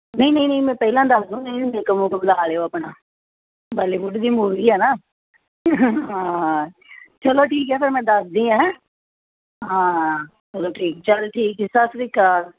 ਨਹੀਂ ਨਹੀਂ ਨਹੀਂ ਮੈਂ ਪਹਿਲਾਂ ਦੱਸ ਦੂ ਨਹੀਂ ਤੁਸੀਂ ਮੇਕਅਪ ਮੂਕਅਪ ਲੱਗਾ ਲਓ ਆਪਣਾ ਬਾਲੀਵੁੱਡ ਦੀ ਮੂਵੀ ਹੈ ਨਾ ਹਾਂ ਚੱਲੋ ਠੀਕ ਹੈ ਫਿਰ ਮੈਂ ਦੱਸਦੀ ਹਾਂ ਹੈਂ ਹਾਂ ਚੱਲੋ ਠੀਕ ਚੱਲ ਠੀਕ ਹੈ ਸਤਿ ਸ਼੍ਰੀ ਅਕਾਲ